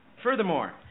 Furthermore